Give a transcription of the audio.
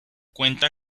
cuenta